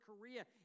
Korea